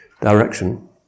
direction